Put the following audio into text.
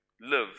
live